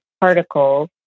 particles